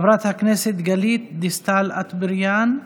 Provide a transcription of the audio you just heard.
חברת הכנסת גלית דיסטל אטבריאן,